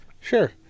Sure